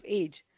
age